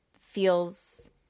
feels